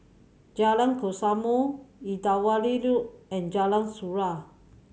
Jalan Kesoma Irrawaddy Road and Jalan Surau